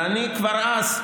ואני, כבר אז,